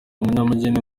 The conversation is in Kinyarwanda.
umunyabugeni